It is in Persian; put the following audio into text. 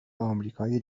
آمریکای